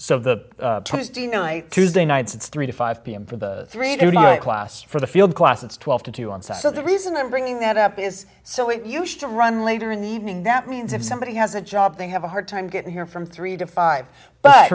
so the tuesday night tuesday nights it's three to five pm for the three to class for the field class it's twelve to two and so the reason i'm bringing that up is so it used to run later in the evening that means if somebody has a job they have a hard time getting here from three to five but